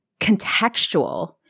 contextual